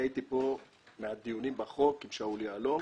הייתי פה בדיונים בחוק עם שאול יהלום